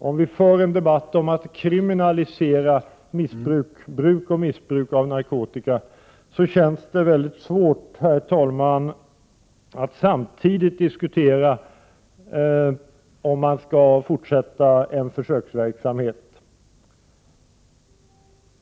Om vi för en debatt om att kriminalisera bruk och missbruk av narkotika, känns det svårt, herr talman, att samtidigt diskutera om man skall fortsätta en försöksverksamhet.